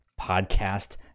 podcast